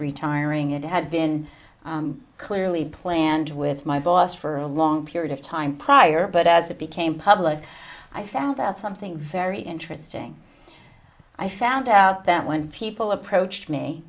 retiring it had been clearly planned with my boss for a long period of time prior but as it became public i found out something very interesting i found out that when people approached me